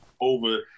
over